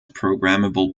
programmable